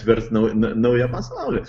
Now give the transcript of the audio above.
atvers na naują pasaulį